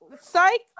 psych